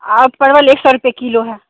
और परवल एक सौ रुपए किलो है